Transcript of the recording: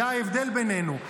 זה ההבדל בינינו.